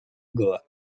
goa